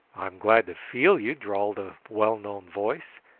i'm glad to feel you, drawled a well-known voice.